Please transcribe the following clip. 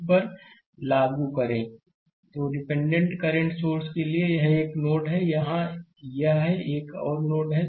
slide समय देखें 2911 तोडिपेंडेंटdependent करंट सोर्स के लिए यह एक और नोड यहाँ है एक और नोड यहाँ है